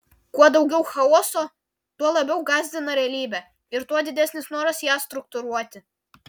kuo daugiau chaoso tuo labiau gąsdina realybė ir tuo didesnis noras ją struktūruoti